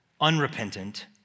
unrepentant